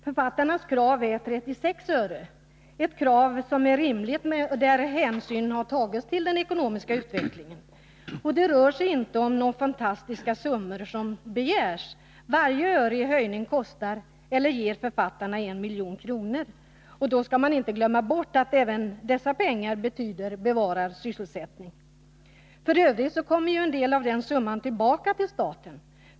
Författarnas krav är 36 öre — ett rimligt krav där hänsyn har tagits till den ekonomiska utvecklingen. Det är inte några fantastiska summor som begärs. Varje öre i höjning ger författarna 1 milj.kr., och man skall inte glömma bort att även dessa pengar betyder bevarad sysselsättning. F. ö. kommer en del av den summan tillbaka till staten.